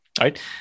right